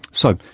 so,